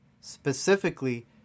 specifically